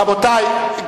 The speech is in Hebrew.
רבותי,